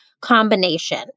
combination